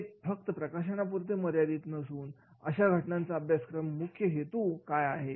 हे फक्त प्रकाशनापुरते मर्यादित नसून अशा घटनांच्या अभ्यासाचा मुख्य हेतू काय आहे